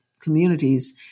communities